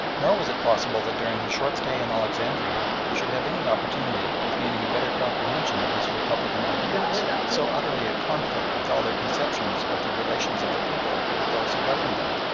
nor was it possible that during his short stay in alexandria they should have any opportunity of gaining a better comprehension of his republican ideals, so utterly at conflict with all their conceptions of the relations of a people with those who governed them.